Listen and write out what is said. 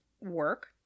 work